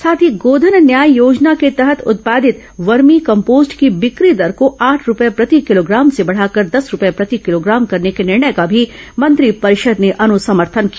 साथ ही गोधन न्याय योजना के तहत उत्पादित वर्मी कम्पोस्ट की बिक्री दर को आठ रूपए प्रति किलोग्राम से बढाकर दस रूपए प्रति किलोग्राम करने के निर्णय का भी मंत्रिपरिषद ने अनुसमर्थन किया